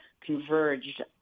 converged